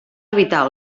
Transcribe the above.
evitar